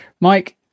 Mike